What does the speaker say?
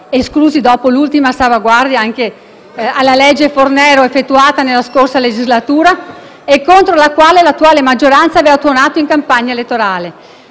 esclusi dopo l'ultima salvaguardia anche dalla cosiddetta legge Fornero, adottata nella scorsa legislatura e contro la quale l'attuale maggioranza aveva tuonato in campagna elettorale.